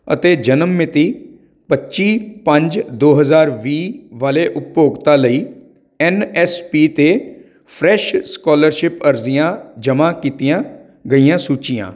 ਅਤੇ ਜਨਮ ਮਿਤੀ ਪੱਚੀ ਪੰਜ ਦੋ ਹਜ਼ਾਰ ਵੀਹ ਵਾਲੇ ਉਪਭੋਗਤਾ ਲਈ ਐਨ ਐਸ ਪੀ 'ਤੇ ਫਰੈਸ਼ ਸਕਾਲਰਸ਼ਿਪ ਅਰਜ਼ੀਆਂ ਜਮ੍ਹਾਂ ਕੀਤੀਆਂ ਗਈਆਂ ਸੂਚੀਆਂ